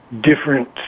different